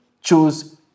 Choose